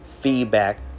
feedback